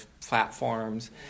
platforms